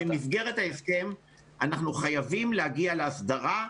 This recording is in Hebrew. במסגרת ההסכם אנחנו חייבים להגיע להסדרה,